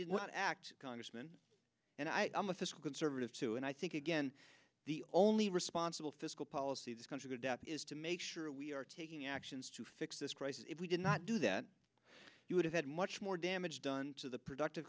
didn't act congressman and i am a fiscal conservative too and i think again the only responsible fiscal policy this country to death is to make sure we are taking actions to fix this crisis if we did not do that you would have had much more damage done to the productive